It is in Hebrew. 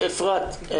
אפרת.